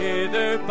Hither